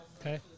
Okay